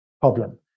problem